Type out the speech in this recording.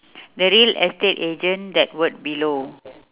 the real estate agent that word below